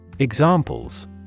Examples